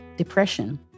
depression